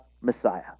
Messiah